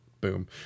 Boom